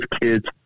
kids